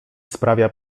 sprawia